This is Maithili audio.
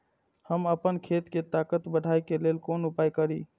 हम आपन खेत के ताकत बढ़ाय के लेल कोन उपाय करिए?